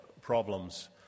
problems